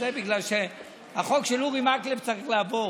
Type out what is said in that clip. כי החוק של אורי מקלב צריך לעבור.